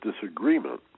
disagreement